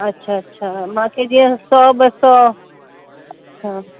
अच्छा अच्छा मूंखे जीअं सौ ॿ सौ अच्छा